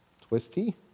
Twisty